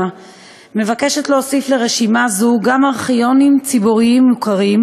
מבקשת להוסיף לרשימה זו גם ארכיונים ציבוריים מוכרים,